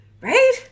right